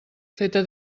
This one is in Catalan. feta